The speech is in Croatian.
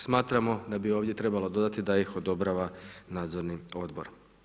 Smatramo da bi ovdje trebalo dodati da ih odobrava nadzorni odbor.